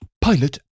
Pilot